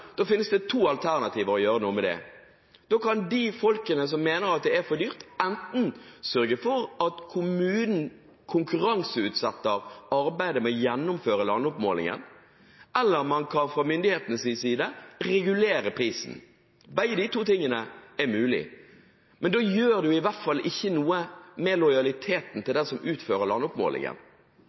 da finnes det to alternativer for å gjøre noe med det. De folkene som mener at det er for dyrt, kan sørge for at kommunen konkurranseutsetter arbeidet med å gjennomføre landoppmålingen, eller man kan fra myndighetenes side regulere prisen. Begge disse alternativene er mulige, og da gjør vi i hvert fall ikke noe med lojaliteten til den som utfører